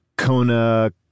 Kona